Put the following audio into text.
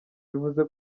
bivuze